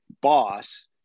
boss